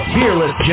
Fearless